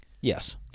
Yes